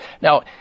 Now